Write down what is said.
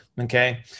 Okay